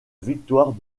victoire